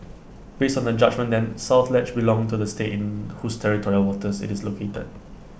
based on the judgement then south ledge belonged to the state in whose territorial waters IT is located